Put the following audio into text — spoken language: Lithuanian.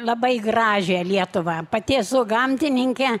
labai gražią lietuvą pati esu gamtininkė